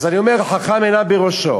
אז אני אומר, חכם עיניו בראשו.